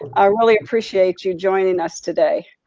i really appreciate you joining us today.